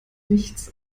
nichts